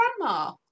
grandma